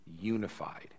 unified